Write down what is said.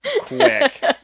quick